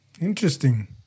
Interesting